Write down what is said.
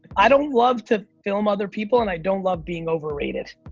i don't love to film other people, and i don't love being overrated.